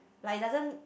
like doesn't